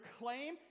claim